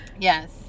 Yes